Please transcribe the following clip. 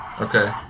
Okay